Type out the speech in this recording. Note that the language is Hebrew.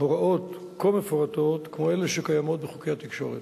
הוראות כה מפורטות כמו אלה שקיימות בחוקי התקשורת.